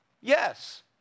Yes